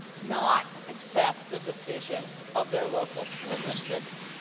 not accept the decision of their local school districts.